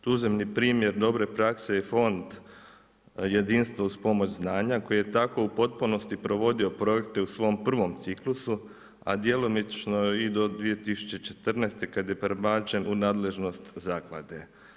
Tuzemni primjer dobre prakse je Fond jedinstva uz pomoć znanja koji je tako u potpunosti provodio projekte u svom prvom ciklusu, a djelomično i do 2014. kada je prebačen u nadležnost zaklade.